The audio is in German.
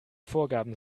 vorgaben